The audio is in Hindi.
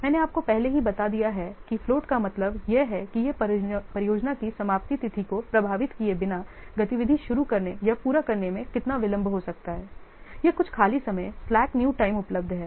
मैंने आपको पहले ही बता दिया है कि फ्लोट का मतलब यह है कि यह परियोजना की समाप्ति तिथि को प्रभावित किए बिना गतिविधि शुरू करने या पूरा करने में कितना विलंब हो सकता है यह कुछ खाली समय slack न्यू टाइम उपलब्ध है